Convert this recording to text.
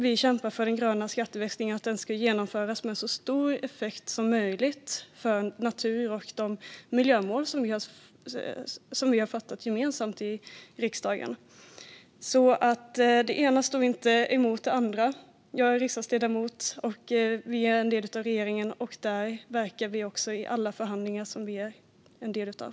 Vi kämpar för att den gröna skatteväxlingen ska genomföras med så stor effekt som möjligt för natur och de miljömål som vi gemensamt har fattat beslut om i riksdagen. Det ena står inte emot det andra. Jag är riksdagsledamot, och vi är en del av regeringen. Där verkar vi också i alla förhandlingar som vi är en del av.